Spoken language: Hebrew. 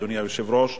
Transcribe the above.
אדוני היושב-ראש,